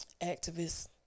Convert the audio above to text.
activists